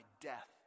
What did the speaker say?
death